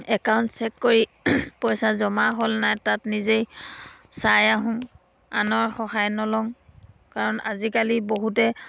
account check কৰি পইচা জমা হ'ল নাই তাত নিজেই চাই আহোঁ আনৰ সহায় নলওঁ কাৰণ আজিকালি বহুতে